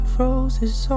roses